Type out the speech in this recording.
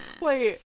wait